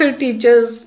teachers